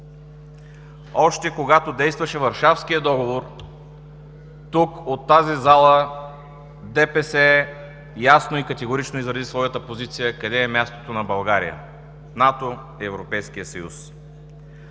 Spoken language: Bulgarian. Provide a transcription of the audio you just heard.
Още когато действаше Варшавският договор, тук, от тази зала, ДПС ясно и категорично изрази своята позиция къде е мястото на България – НАТО и Европейския съюз.